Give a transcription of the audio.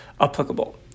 applicable